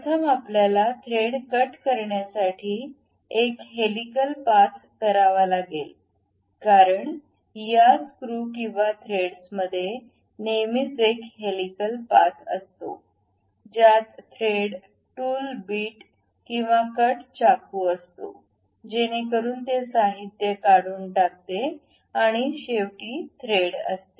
प्रथम आपल्याला thread cut करण्यासाठी एक हेलिकल पाथ करावा लागेल कारण या स्क्रू किंवा थ्रेड्समध्ये नेहमीच एक हेलिकल पाथ असतो ज्यात थ्रेड टूल बिट किंवा कट चाकू असतो जेणेकरून ते साहित्य काढून टाकते आणि शेवटी थ्रेड असते